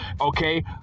okay